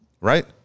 Right